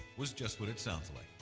was just what it sounds like.